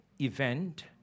event